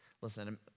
Listen